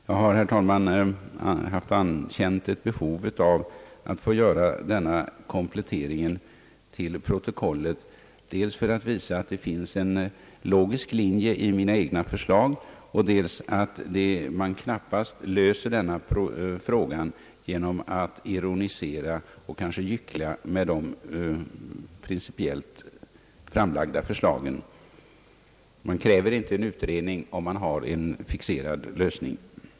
Jag har, herr talman, känt ett behov av att få göra denna komplettering till protokollet, dels för att jag vill visa att det finns en logisk linje i mina egna förslag och dels därför att man knappast löser denna fråga genom att ironisera över de pricipiellt framlagda förslagen. Man kräver inte en utredning om man har en fixerad lösning.